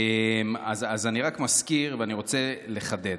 אני רק מזכיר, ואני רוצה לחדד.